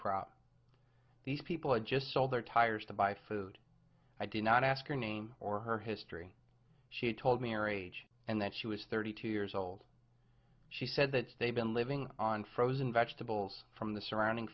crop these people had just sold their tires to buy food i did not ask her name or her history she told me or age and that she was thirty two years old she said that they've been living on frozen vegetables from the surrounding